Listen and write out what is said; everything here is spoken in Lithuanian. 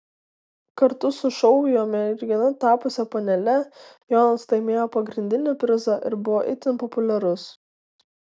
kartu su šou jo mergina tapusia panele jonas laimėjo pagrindinį prizą ir buvo itin populiarus